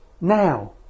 now